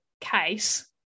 case